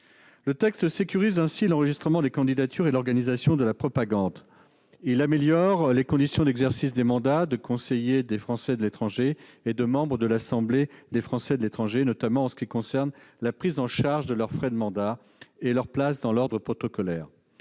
texte sécurise ainsi l'enregistrement des candidatures et l'organisation de la propagande électorale. Il améliore les conditions d'exercice des mandats de conseiller des Français de l'étranger et de membre de l'Assemblée des Français de l'étranger, notamment en ce qui concerne la prise en charge de leurs frais de mandat et leur place dans l'ordre protocolaire.